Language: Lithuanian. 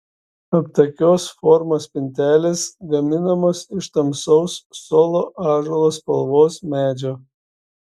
aptakios formos spintelės gaminamos iš tamsaus solo ąžuolo spalvos medžio